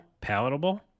palatable